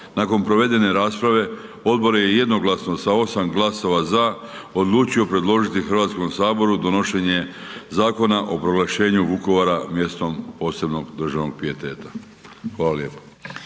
Nakon provedene rasprave odbor je jednoglasno sa 8 glasova za odlučio predložiti Hrvatskom saboru donošenje Zakona o proglašenju Vukovara posebnog državnog pijeteta. Hvala lijepa.